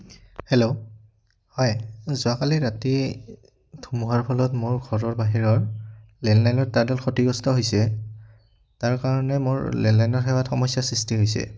hello হয় যোৱাকালি ৰাতি ধুমুহাৰ ফলত মোৰ ঘৰৰ বাহিৰৰ লেণ্ডলাইনৰ তাঁৰডাল ক্ষতিগ্ৰস্ত হৈছে তাৰ কাৰণে মোৰ লেণ্ডলাইনৰ সেৱাত সমস্যাৰ সৃষ্টি হৈছে